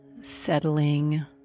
settling